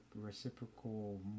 reciprocal